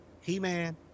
he-man